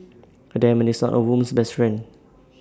A diamond is not A woman's best friend